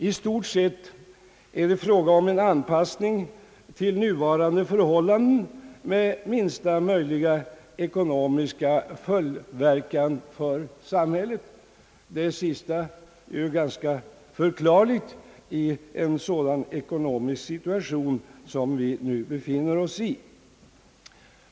I stort seit är det fråga om en anpassning till nuvarande förhållanden med minsta möjliga ekonomiska följdverkan för samhället. Det sista är ju ganska förklarligt i en ekonomisk situation som den vi nu befinner oss i.